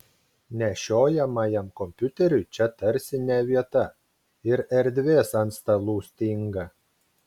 nešiojamajam kompiuteriui čia tarsi ne vieta ir erdvės ant stalų stinga